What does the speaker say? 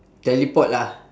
teleport lah